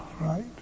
right